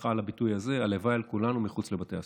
סליחה על הביטוי הזה הלוואי על כולנו מחוץ לבתי הסוהר.